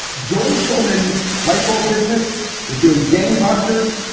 joel shulman's light bulb business was doing gangbusters.